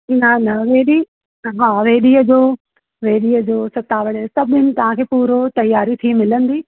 न न वेॾी हा वेॾीअ जो वेॾीअ जो सतावड़े जो सभिनि तव्हांखे पूरो तयारी थी मिलंदी